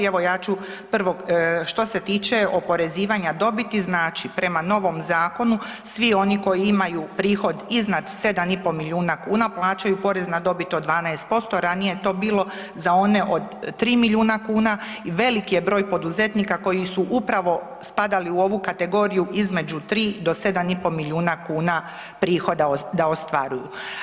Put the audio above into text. Evo ja ću prvo, što se tiče oporezivanja dobiti znači prema novom zakonu svi oni koji imaju prihod iznad 7,5 milijuna kuna plaćaju porez na dobit od 12% ranije je to bilo za one od 3 miliona kuna i veliki je broj poduzetnika koji su upravo spadali u ovu kategoriju između 3 do 7,5 milijuna kuna prihoda da ostvaruju.